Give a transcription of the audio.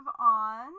on